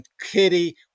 Kitty